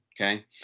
Okay